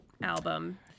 album